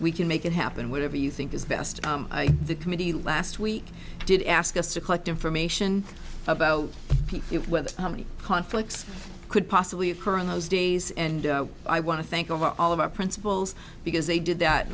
we can make it happen whatever you think is best the committee last week did ask us to collect information about it whether how many conflicts could possibly occur in those days and i want to thank you for all of our principals because they did that